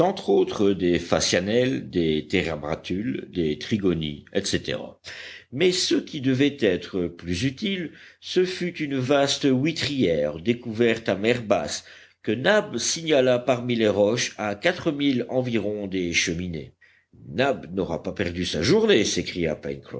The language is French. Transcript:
autres des phasianelles des térébratules des trigonies etc mais ce qui devait être plus utile ce fut une vaste huîtrière découverte à mer basse que nab signala parmi les roches à quatre milles environ des cheminées nab n'aura pas perdu sa journée s'écria